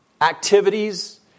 activities